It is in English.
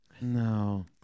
No